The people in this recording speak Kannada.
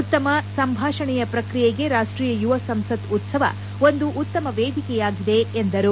ಉತ್ತಮ ಸಂಭಾಷಣೆಯ ಪ್ರಕ್ರಿಯೆಗೆ ರಾಷ್ಷೀಯ ಯುವ ಸಂಸತ್ ಉತ್ಲವ ಒಂದು ಉತ್ತಮ ವೇದಿಕೆಯಾಗಿದೆ ಎಂದರು